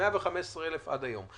115,000 עד היום.